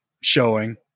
showing